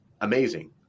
amazing